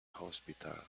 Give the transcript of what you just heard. hospital